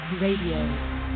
Radio